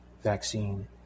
vaccine